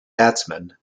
batsman